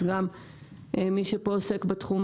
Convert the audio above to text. אז מי שעוסק בתחום,